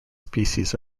species